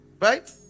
right